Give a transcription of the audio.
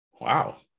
wow